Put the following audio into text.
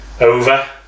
over